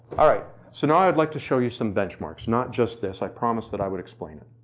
all right, so now i'd like to show you some benchmarks. not just this. i promised that i would explain it.